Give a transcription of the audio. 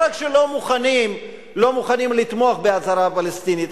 רק שלא מוכנים לתמוך בהצהרה הפלסטינית,